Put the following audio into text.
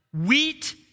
wheat